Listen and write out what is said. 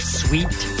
sweet